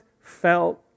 felt